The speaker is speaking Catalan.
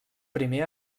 primer